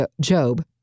Job